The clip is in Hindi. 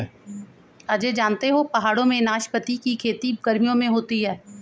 अजय जानते हो पहाड़ों में नाशपाती की खेती गर्मियों में होती है